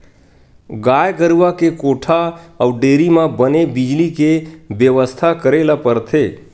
गाय गरूवा के कोठा अउ डेयरी म बने बिजली के बेवस्था करे ल परथे